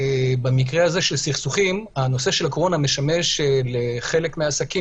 במקרה של סכסוכים הנושא של הקורונה משמש לחלק מן העסקים